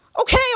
Okay